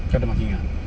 dah ada marking ah